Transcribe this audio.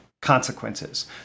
consequences